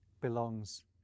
belongs